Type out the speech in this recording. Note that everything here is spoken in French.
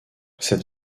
cette